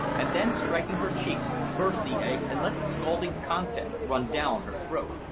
and then striking her cheeks, burst the egg, and let the scalding contents run down her throat.